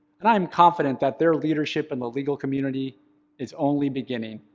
and i'm confident that their leadership in the legal community is only beginning.